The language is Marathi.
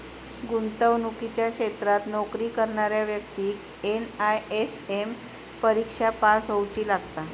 गुंतवणुकीच्या क्षेत्रात नोकरी करणाऱ्या व्यक्तिक एन.आय.एस.एम परिक्षा पास होउची लागता